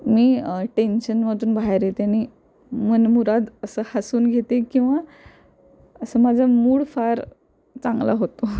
मी टेन्शनमधून बाहेर येते आणि मनमुराद असं हसून घेते किंवा असं माझा मूड फार चांगला होतो